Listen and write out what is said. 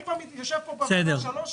אני בוועדה פה שלוש שנים.